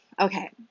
okay